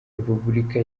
repubulika